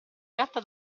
gatta